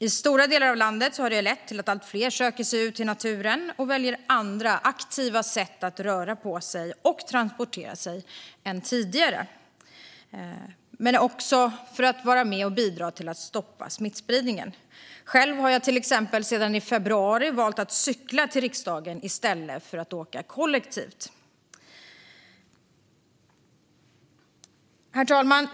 I stora delar av landet söker sig allt fler ut i naturen, och för att vara med och bidra till att stoppa smittspridningen väljer man andra aktiva sätt att röra på sig och transportera sig på än tidigare. Sedan i februari har jag till exempel själv valt att cykla till riksdagen i stället för att åka kollektivt. Herr talman!